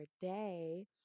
day